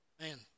Man